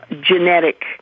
genetic